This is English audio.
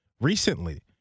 recently